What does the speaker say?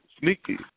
Sneaky